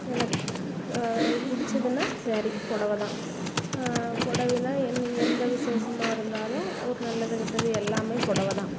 எனக்கு பிடிச்சதுன்னா ஸேரீ புடவை தான் புடவைன்னா என்ன எந்த விசேஷமாக இருந்தாலும் ஒரு நல்லது கெட்டது எல்லாமே புடவை தான்